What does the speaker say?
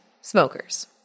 smokers